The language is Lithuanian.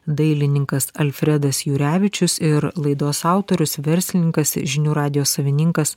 dailininkas alfredas jurevičius ir laidos autorius verslininkas žinių radijo savininkas